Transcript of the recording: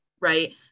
Right